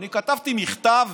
אני כתבתי מכתב